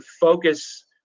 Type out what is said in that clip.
focus